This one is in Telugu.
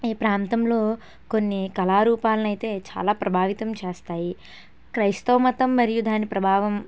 ఈ ప్రాంతంలో కొన్ని కళారూపాల్నయితే చాలా ప్రభావితం చేస్తాయి క్రైస్తవ మతం మరియు దాని ప్రభావం